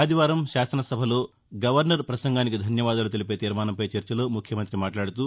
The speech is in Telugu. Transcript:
ఆదివారం శాసనసభలో గవర్నర్ ప్రసంగానికి ధన్యవాదాలు తెలిపే తీర్మానంపై చర్చలో ముఖ్యమంతి మాట్లాదుతూ